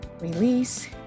release